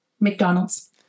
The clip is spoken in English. McDonald's